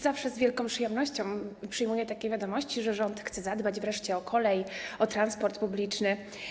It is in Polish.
Zawsze z wielką przyjemnością przyjmuję takie wiadomości, że rząd chce zadbać wreszcie o kolej, o transport publiczny.